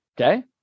Okay